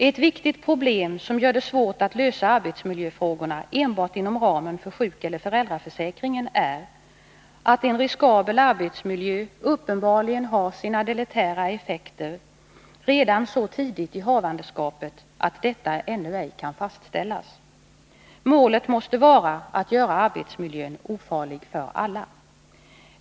Ett viktigt problem som gör det svårt att lösa arbetsmiljöfrågorna enbart inom ramen för sjukeller föräldraförsäkring är att en riskabel arbetsmiljö uppenbarligen har sina deletära effekter redan så tidigt i havandeskapet att detta ännu ej kan fastställas. Målet måste här vara att göra arbetsmiljön ofarlig för alla.